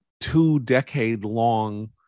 two-decade-long